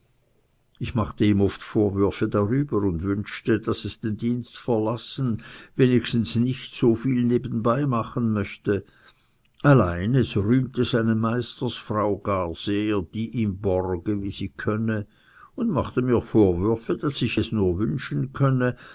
ich machte ihm oft vorwürfe darüber und wünschte daß es den dienst verlassen wenigstens nicht so viel nebenbei machen möchte allein es rühmte seine meistersfrau gar sehr die ihm borge wie sie könne und machte mir vorwürfe daß ich es nur wünschen könne